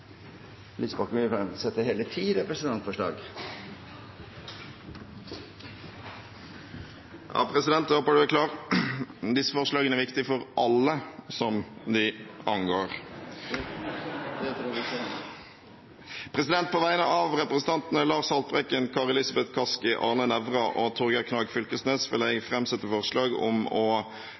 Lysbakken vil fremsette hele ti representantforslag. President – jeg håper du er klar. Disse forslagene er viktig for alle de angår. På vegne av representantene Lars Haltbrekken, Kari Elisabeth Kaski, Arne Nævra, Torgeir Knag Fylkesnes og meg selv vil jeg framsette forslag om å